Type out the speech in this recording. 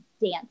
dance